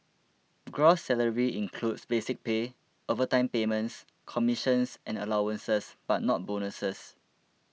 gross salary includes basic pay overtime payments commissions and allowances but not bonuses